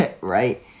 right